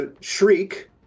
shriek